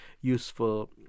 useful